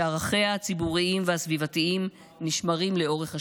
שערכיה הציבוריים והסביבתיים נשמרים לאורך השנים.